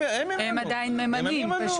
הם עדיין ממנים.